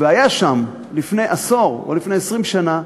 והיה שם לפני עשור או לפני 20 שנה,